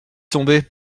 tombé